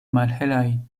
malhelaj